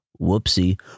Whoopsie